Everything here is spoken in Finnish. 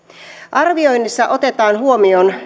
arvioinnissa otetaan huomioon